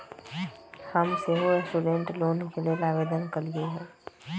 हम सेहो student loan के लेल आवेदन कलियइ ह